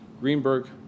Greenberg